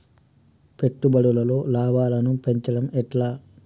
పెట్టుబడులలో లాభాలను పెంచడం ఎట్లా?